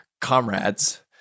comrades